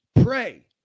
pray